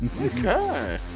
Okay